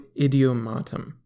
idiomatum